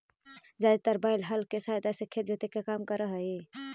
जादेतर बैल हल केसहायता से खेत जोते के काम कर हई